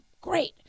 great